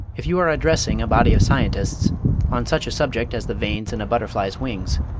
if you are addressing a body of scientists on such a subject as the veins in a butterfly's wings,